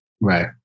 Right